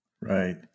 Right